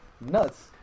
nuts